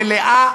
מלאה,